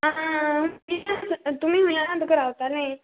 आं आं pick up तुमी खूंय आहा हांव तुमकां रावतालें